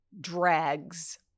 drags